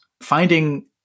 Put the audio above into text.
Finding